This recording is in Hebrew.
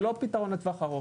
זה לא פתרון לטווח ארוך.